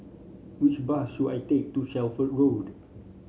which bus should I take to Shelford Road